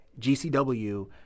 GCW